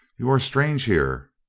you are strange here.